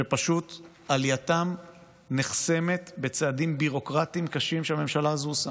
שפשוט עלייתן נחסמת בצעדים ביורוקרטיים קשים שהממשלה הזו עושה.